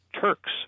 Turks